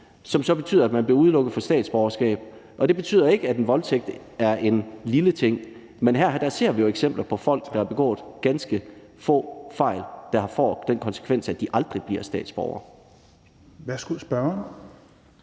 som så betyder, at man bliver udelukket fra at få statsborgerskab. Og det betyder ikke, at en voldtægt er en lille ting, men her ser vi jo eksempler på folk, der har begået ganske få fejl, hvor det får den konsekvens, at de aldrig bliver statsborgere. Kl. 16:34 Fjerde